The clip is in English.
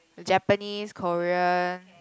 Japanese Korean